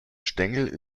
stängel